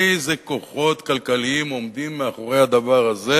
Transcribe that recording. איזה כוחות כלכליים עומדים מאחורי הדבר הזה,